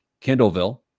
Kendallville